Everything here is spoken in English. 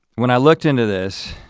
when i looked into this,